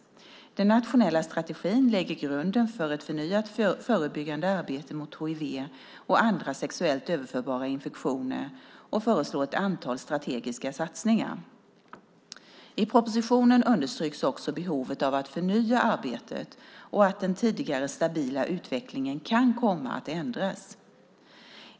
Den nationella strategin lägger grunden för ett förnyat förebyggande arbete mot hiv och andra sexuellt överförbara infektioner och föreslår ett antal strategiska satsningar. I propositionen understryks också behovet av att förnya arbetet och att den tidigare stabila utvecklingen kan komma att ändras.